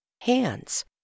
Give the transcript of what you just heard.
hands